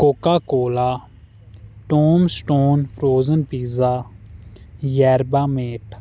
coca cola tom stone frozen pizza yerba mate